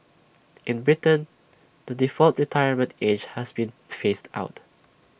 in Britain the default retirement age has been phased out